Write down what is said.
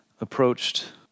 approached